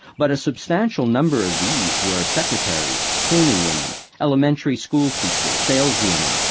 but a substantial number of these were secretaries, cleaning women, elementary school teachers, saleswomen,